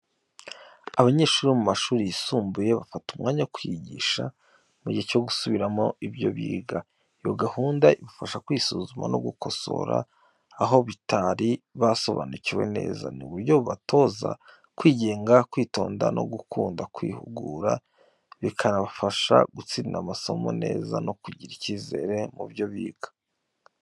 Abanyeshuri bo mu mashuri yisumbuye bafata umwanya wo kwiyigisha, mu gihe cyo gusubiramo ibyo biga. Iyo gahunda ibafasha kwisuzuma no gukosora aho batari basobanukiwe neza. Ni uburyo bubatoza kwigenga, kwitonda no gukunda kwihugura, bikabafasha gutsinda amasomo neza no kugira icyizere mu byo biga.